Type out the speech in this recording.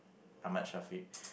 Ahmad Shafiq